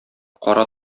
кара